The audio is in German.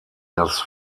das